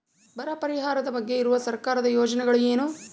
ಬರ ಪರಿಹಾರದ ಬಗ್ಗೆ ಇರುವ ಸರ್ಕಾರದ ಯೋಜನೆಗಳು ಏನು?